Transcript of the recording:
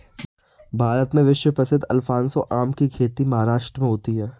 भारत में विश्व प्रसिद्ध अल्फांसो आम की खेती महाराष्ट्र में होती है